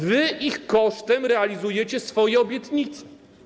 Wy ich kosztem realizujecie swoje obietnice.